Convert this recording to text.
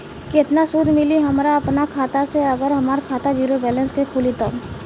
केतना सूद मिली हमरा अपना खाता से अगर हमार खाता ज़ीरो बैलेंस से खुली तब?